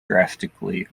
drastically